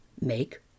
make